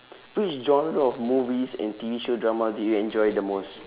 which genre of movies and T_V show drama do you enjoy the most